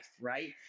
right